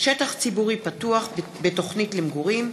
שטח ציבורי פתוח בתוכנית למגורים),